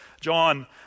John